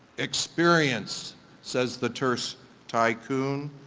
experience says the terse tycoon,